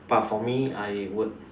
but for me I would